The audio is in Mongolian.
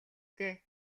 дээ